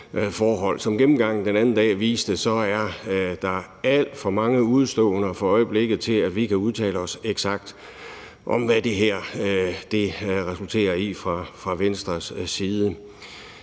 Som gennemgangen den anden dag viste, er der alt for mange udeståender for øjeblikket, til at vi fra Venstres side kan udtale os eksakt om, hvad det her resulterer i. Der er, som